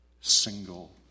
single